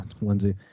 Lindsay